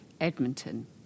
Edmonton